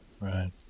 right